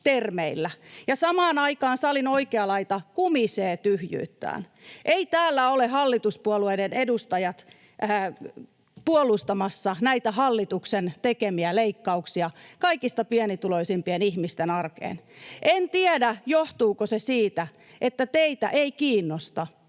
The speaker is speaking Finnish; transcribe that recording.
ja samaan aikaan salin oikea laita kumisee tyhjyyttään. Eivät täällä ole hallituspuolueiden edustajat puolustamassa näitä hallituksen tekemiä leikkauksia kaikista pienituloisimpien ihmisten arkeen. [Juha Hännisen välihuuto] En tiedä, johtuuko se siitä, että teitä ei kiinnosta,